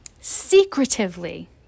secretively